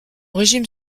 régime